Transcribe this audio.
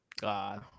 God